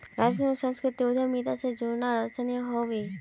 राजस्थानेर संस्कृतिक उद्यमिता स जोड़ना दर्शनीय ह बे